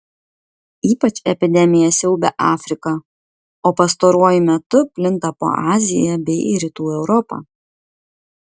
ypač epidemija siaubia afriką o pastaruoju metu plinta po aziją bei rytų europą